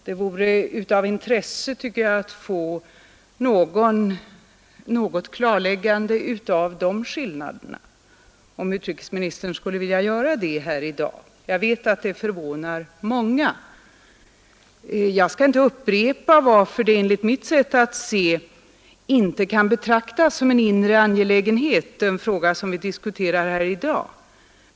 Det vore av intresse att få något klarläggande av de skillnaderna, om utrikesministern skulle vilja göra det här i-dag: Jag vet att de förvånar många. Jag skall inte upprepa varför enligt mitt sätt att se den fråga som vi diskuterar här i dag inte kan betraktas som en inre angelägenhet.